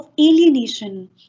alienation